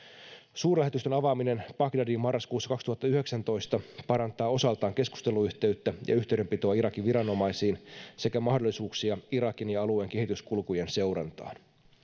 suurlähetystön avaaminen bagdadiin marraskuussa kaksituhattayhdeksäntoista parantaa osaltaan keskusteluyhteyttä ja yhteydenpitoa irakin viranomaisiin sekä mahdollisuuksia irakin ja alueen kehityskulkujen seurantaan